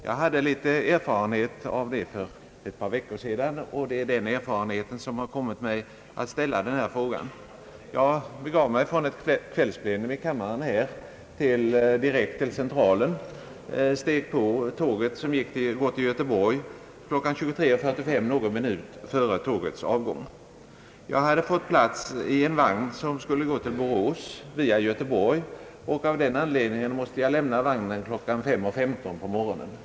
Jag fick erfarenhet av detta för ett par veckor sedan, och det är den erfarenheten som har kommit mig att ställa denna fråga. Jag begav mig från ett kvällsplenum i kammaren direkt till Centralen och steg någon minut före tågets avgång på tåget som går till Göteborg kl. 23.45. Jag hade fått plats i en vagn som skulle gå vidare till Borås från Göteborg, och av den anledningen måste jag lämna vagnen kl. 5.15 på morgonen.